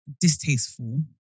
distasteful